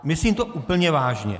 Myslím to úplně vážně!